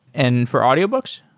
and for audiobooks?